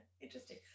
Interesting